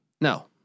No